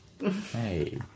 Hey